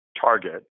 target